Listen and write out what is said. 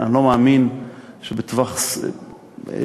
אני לא מאמין שבטווח של